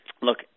Look